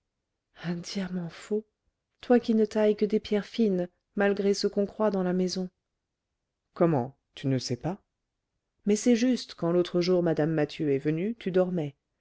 diamant faux toi qui ne tailles que des pierres fines malgré ce qu'on croit dans la maison comment tu ne sais pas mais c'est juste quand l'autre jour mme mathieu est venue tu dormais